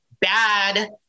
bad